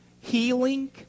healing